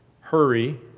hurry